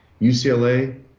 UCLA –